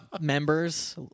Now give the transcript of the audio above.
members